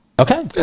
Okay